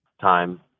time